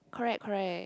correct correct